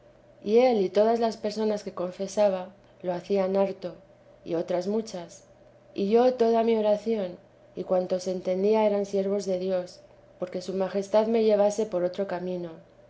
y él y todas las personas que confesaba lo hacían harto y otras muchas y yo toda mi oración y cuantos entendía eran siervos de dios porque su majestad me llevase por otro camino